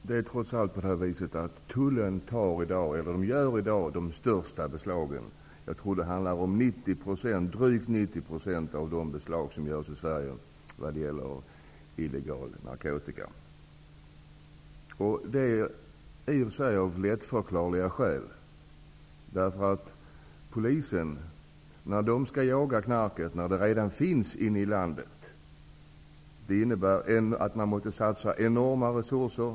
Herr talman! Det är trots allt tullen som i dag gör de största beslagen. Jag tror att det handlar om drygt 90 % av de beslag som görs i Sverige vad gäller illegal narkotika. Det är i och för sig lättförklarligt. Polisen skall ju jaga efter knark som redan finns i landet. Det innebär att enorma resurser måste satsas.